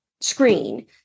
screen